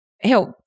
help